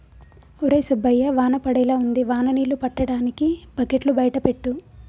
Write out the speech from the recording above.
ఒరై సుబ్బయ్య వాన పడేలా ఉంది వాన నీళ్ళు పట్టటానికి బకెట్లు బయట పెట్టు